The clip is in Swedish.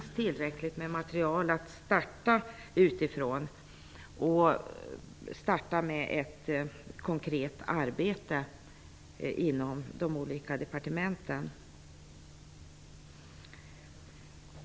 Nordiska rådets seminarier har handlat om sociala kontaktnät och föreningsliv, om arbete och utbildning och om hinder och möjligheter.